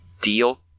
deal